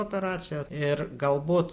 operacija ir galbūt